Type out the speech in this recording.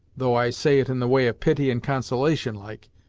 though i say it in the way of pity and consolation, like,